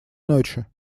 ночи